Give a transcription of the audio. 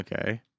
Okay